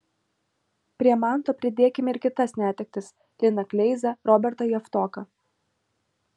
prie manto pridėkime ir kitas netektis liną kleizą robertą javtoką